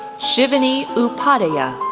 shivani upadhayay,